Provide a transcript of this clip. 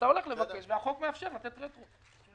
אז אתה הולך לבקש והחוק מאפשר לתת רטרואקטיבית.